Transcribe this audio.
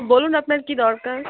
বলুন আপনার কী দরকার